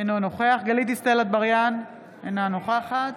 אינו נוכח גלית דיסטל אטבריאן, אינה נוכחת